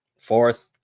fourth